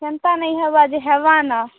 ସେନ୍ତା ନେଇଁ ହେବା ଯେ ହେଵାନ